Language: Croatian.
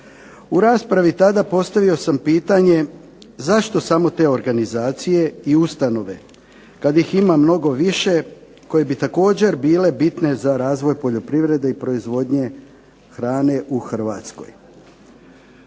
U raspravi tada postavio sam pitanje zašto samo te organizacije i ustanove kad ih ima mnogo više koje bi također bile bitne za razvoje poljoprivrede i proizvodnje hrane u Hrvatskoj.